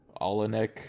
Olenek